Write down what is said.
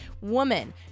woman